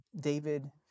David